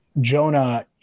Jonah